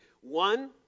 One